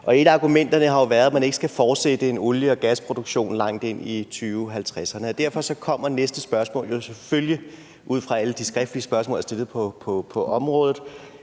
Og et af argumenterne har jo været, at man ikke skal fortsætte en olie- og gasproduktion langt ind i 2050'erne, og derfor kommer næste spørgsmål selvfølgelig ud fra alle de skriftlige spørgsmål, jeg har stillet på området: